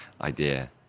idea